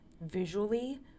visually